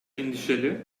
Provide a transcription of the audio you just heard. endişeli